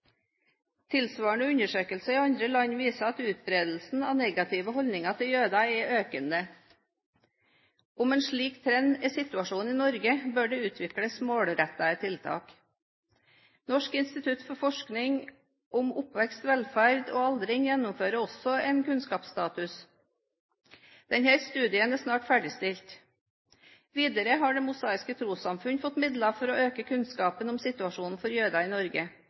Tilsvarende undersøkelser i andre land viser at utbredelsen av negative holdninger til jøder er økende. Om en slik trend er situasjonen i Norge, bør det utvikles målrettede tiltak. Norsk institutt for forskning om oppvekst, velferd og aldring gjennomfører også en kunnskapsstatus. Denne studien er snart ferdigstilt. Videre har Det Mosaiske Trossamfund fått midler for å øke kunnskapen om situasjonen for jødene i Norge.